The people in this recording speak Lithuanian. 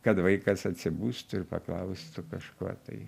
kad vaikas atsibustų ir paklaustų kažko tai